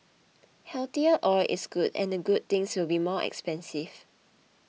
healthier oil is good and the good things will be more expensive